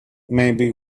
maybe